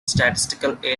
statistical